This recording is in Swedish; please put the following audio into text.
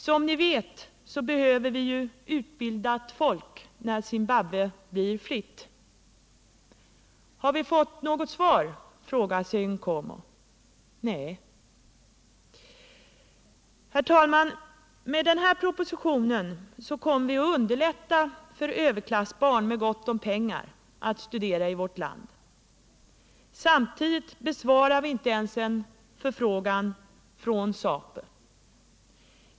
Som ni vet behöver vi ju utbildat folk när Zimbabwe blir fritt.” Har vi fått något svar? frågar Nkomo. Nej! Herr talman! Vid ett bifall till denna proposition kommer vi att underlätta för överklassbarn med gott om pengar att studera i vårt land, samtidigt som vi inte ens besvarar en förfrågan från Zapu.